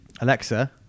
Alexa